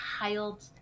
child